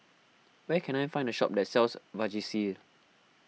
where can I find a shop that sells Vagisil